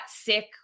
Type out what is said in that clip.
sick